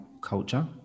culture